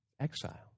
Exile